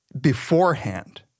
beforehand